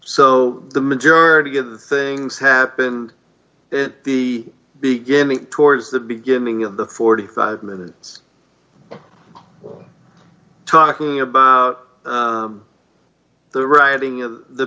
so the majority of the things happened in the beginning towards the beginning of the forty five minutes talking about the writing of the